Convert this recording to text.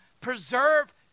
preserve